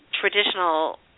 traditional